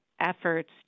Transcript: efforts